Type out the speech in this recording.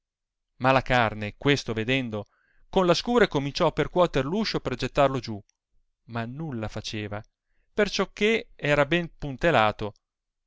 morto cadde malacarne questo vedendo con la secure cominciò percuoter l'uscio per gettarlo giù ma nulla faceva perciò che era ben puntelato